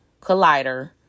collider